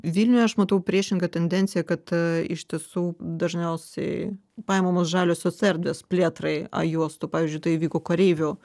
vilniuje aš matau priešingą tendenciją kad iš tiesų dažniausiai paimamos žaliosios erdvės plėtrai a juostų pavyzdžiui tai įvyko kareivių